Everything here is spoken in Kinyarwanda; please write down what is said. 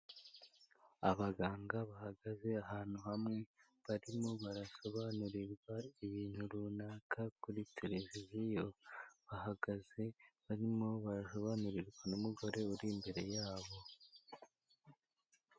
Abaganga bahagaze ahantu hamwe, barimo barasobanurirwa ibintu runaka kuri televiziyo. Bahagaze barimo barasobanurirwa n'umugore uri imbere yabo.